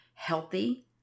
healthy